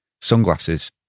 sunglasses